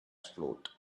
float